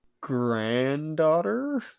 granddaughter